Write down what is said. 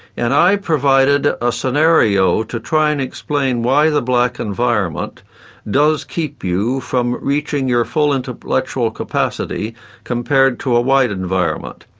and i provided a scenario to try and explain why the black environment does keep you from reaching your full intellectual capacity compared to a white environment.